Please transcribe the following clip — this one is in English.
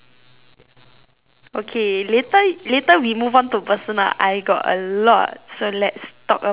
okay later later we move on to personal I got a lot so let's talk about it later